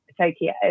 Tokyo